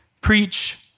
preach